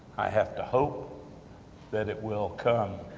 i have to hope that it will come.